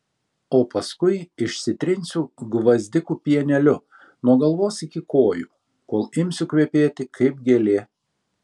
o paskui išsitrinsiu gvazdikų pieneliu nuo galvos iki kojų kol imsiu kvepėti kaip gėlė